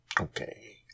Okay